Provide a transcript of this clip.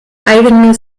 eigene